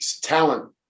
talent